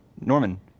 Norman